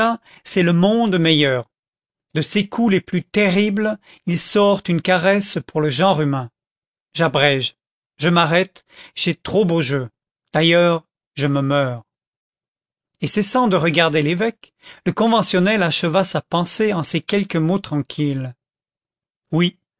c'est le monde meilleur de ses coups les plus terribles il sort une caresse pour le genre humain j'abrège je m'arrête j'ai trop beau jeu d'ailleurs je me meurs et cessant de regarder l'évêque le conventionnel acheva sa pensée en ces quelques mots tranquilles oui